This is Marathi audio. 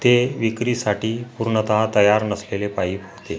ते विक्रीसाठी पूर्ण तयार नसलेले पाईप होते